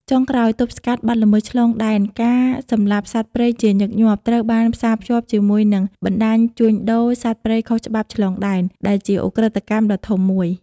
ចុងក្រោយទប់ស្កាត់បទល្មើសឆ្លងដែន ការសម្លាប់សត្វព្រៃជាញឹកញាប់ត្រូវបានផ្សារភ្ជាប់ជាមួយនឹងបណ្ដាញជួញដូរសត្វព្រៃខុសច្បាប់ឆ្លងដែន ដែលជាឧក្រិដ្ឋកម្មដ៏ធំមួយ។